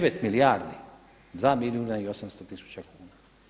U 9 milijardi 2 milijuna i 800 tisuća kuna.